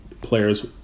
players